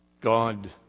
God